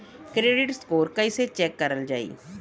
Credit score कइसे check करल जायी?